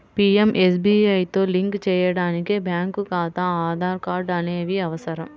పీయంఎస్బీఐతో లింక్ చేయడానికి బ్యేంకు ఖాతా, ఆధార్ కార్డ్ అనేవి అవసరం